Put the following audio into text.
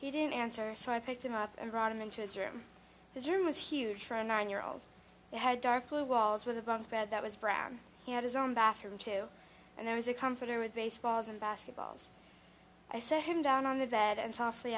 he didn't answer so i picked him up and brought him into his room his room was huge for a nine year old he had dark blue walls with a bunk bed that was brown he had his own bathroom too and there was a company with baseballs and basketballs i sat him down on the bed and softly